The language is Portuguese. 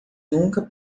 nunca